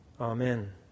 Amen